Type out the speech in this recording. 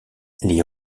les